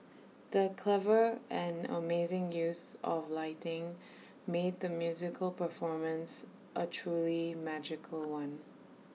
the clever and amazing use of lighting made the musical performance A truly magical one